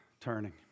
turning